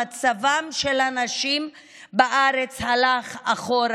מצבן של הנשים בארץ הלך אחורה,